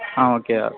ஆ okay